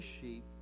sheep